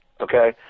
Okay